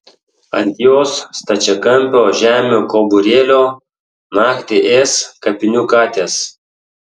ant jos stačiakampio žemių kauburėlio naktį ės kapinių katės